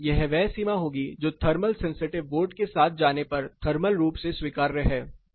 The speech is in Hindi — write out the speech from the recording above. तो यह वह सीमा होगी जो थर्मल सेंसिटिव वोट के साथ जाने पर थर्मल रूप से स्वीकार्य है